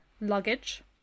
luggage